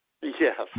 Yes